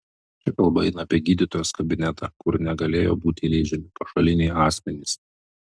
čia kalba eina apie gydytojos kabinetą kur negalėjo būti įleidžiami pašaliniai asmenys